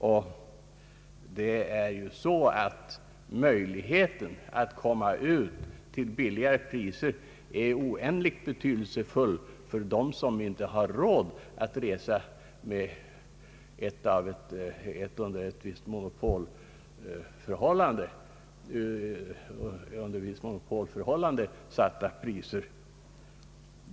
Möjligheten att resa till mera avlägsna mål till lägre kostnad är cändligt betydelsefull för dem som inte har råd att resa med flygföretag, vars prissättning sker under visst monopolskydd.